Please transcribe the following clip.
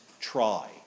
try